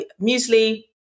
muesli